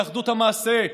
לאחדות המעשה,